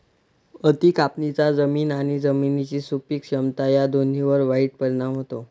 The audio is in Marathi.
अति कापणीचा जमीन आणि जमिनीची सुपीक क्षमता या दोन्हींवर वाईट परिणाम होतो